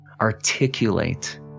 articulate